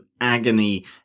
agony